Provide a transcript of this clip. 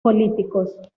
políticos